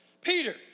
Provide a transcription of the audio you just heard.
Peter